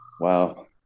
Wow